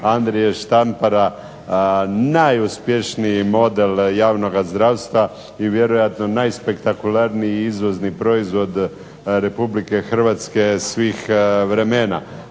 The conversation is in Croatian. Andrije Štampara najuspješniji model javnoga zdravstva i vjerojatno najspektakularniji izvozni proizvod Republike Hrvatske svih vremena